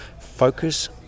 focus